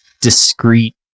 discrete